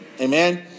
Amen